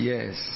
Yes